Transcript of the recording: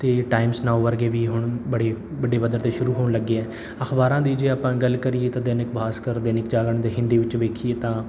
ਅਤੇ Times Now ਵਰਗੇ ਵੀ ਹੁਣ ਬੜੇ ਵੱਡੇ ਪੱਧਰ 'ਤੇ ਸ਼ੁਰੂ ਹੋਣ ਲੱਗੇ ਹੈ ਅਖ਼ਬਾਰਾਂ ਦੀ ਜੇ ਆਪਾਂ ਗੱਲ ਕਰੀਏ ਤਾਂ ਦੈਨਿਕ ਬਾਸਕਰ ਦੈਨਿਕ ਜਾਗਰਣ ਦੇ ਹਿੰਦੀ ਵਿੱਚ ਵੇਖੀਏ ਤਾਂ